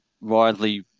widely